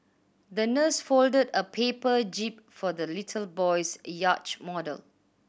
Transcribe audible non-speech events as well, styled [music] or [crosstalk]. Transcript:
the nurse folded a paper jib for the little boy's [unintelligible] model